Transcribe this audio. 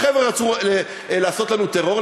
החבר'ה רצו לעשות לנו טרור,